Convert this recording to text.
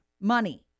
money